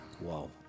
Wow